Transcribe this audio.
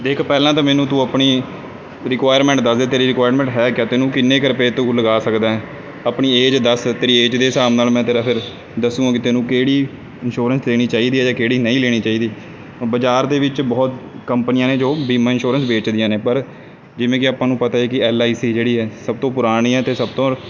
ਦੇਖ ਪਹਿਲਾਂ ਤਾਂ ਮੈਨੂੰ ਤੂੰ ਆਪਣੀ ਰਿਕੁਆਇਰਮੈਂਟ ਦੱਸ ਦੇ ਤੇਰੀ ਰਿਕੁਆਇਰਮੈਂਟ ਹੈ ਕਿਆ ਤੈਨੂੰ ਕਿੰਨੇ ਕੁ ਰੁਪਏ ਤੂੰ ਲਗਾ ਸਕਦਾ ਹੈ ਆਪਣੀ ਏਜ ਦੱਸ ਤੇਰੀ ਏਜ ਦੇ ਹਿਸਾਬ ਨਾਲ ਮੈਂ ਤੇਰਾ ਫਿਰ ਦੱਸੂਗਾ ਤੈਨੂੰ ਕਿਹੜੀ ਇਨਸ਼ੋਰੈਂਸ ਲੈਣੀ ਚਾਹੀਦੀ ਹੈ ਜਾਂ ਕਿਹੜੀ ਨਹੀਂ ਲੈਣੀ ਚਾਹੀਦੀ ਬਜ਼ਾਰ ਦੇ ਵਿੱਚ ਬਹੁਤ ਕੰਪਨੀਆਂ ਨੇ ਜੋ ਬੀਮਾ ਇਨਸ਼ੋਰੈਂਸ ਵੇਚਦੀਆਂ ਨੇ ਪਰ ਜਿਵੇਂ ਕਿ ਆਪਾਂ ਨੂੰ ਪਤਾ ਹੈ ਕਿ ਐੱਲ ਆਈ ਸੀ ਜਿਹੜੀ ਹੈ ਸਭ ਤੋਂ ਪੁਰਾਣੀ ਹੈ ਅਤੇ ਸਭ ਤੋਂ